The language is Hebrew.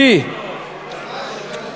איך היא תתמוך בזה?